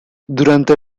durante